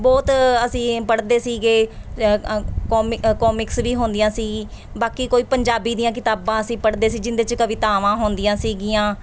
ਬਹੁਤ ਅਸੀਂ ਪੜ੍ਹਦੇ ਸੀਗੇ ਅ ਕੌਮ ਅ ਕੌਮੀਕਸ ਵੀ ਹੁੰਦੀਆਂ ਸੀ ਬਾਕੀ ਕੋਈ ਪੰਜਾਬੀ ਦੀਆਂ ਕਿਤਾਬਾਂ ਅਸੀਂ ਪੜ੍ਹਦੇ ਸੀ ਜਿਹੁਦੇ 'ਚ ਕਵਿਤਾਵਾਂ ਹੁੰਦੀਆਂ ਸੀਗੀਆਂ